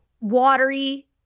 Watery